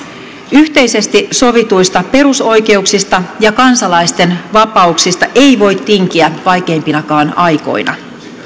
yhteisesti sovituista perusoikeuksista ja kansalaisten vapauksista ei voi tinkiä vaikeimpinakaan aikoina